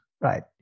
right